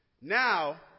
now